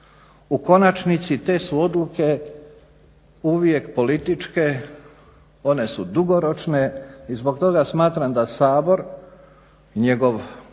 U konačnici te su odluke uvijek političke, one su dugoročne i zbog toga smatram da Sabor, njegov Odbor